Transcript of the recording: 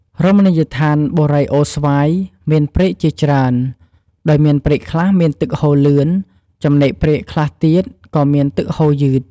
រមណីដ្ឋានបូរីអូរស្វាយមានព្រែកជាច្រើន ដោយមាន ព្រែកខ្លះមានទឹកហូរលឿន ចំណែកព្រែកខ្លះទៀត ក៏មានទឹកហូរយឺត។